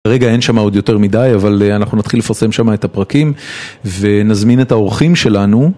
רגע אין שם עוד יותר מדי, אבל אנחנו נתחיל לפרסם שם את הפרקים ונזמין את האורחים שלנו.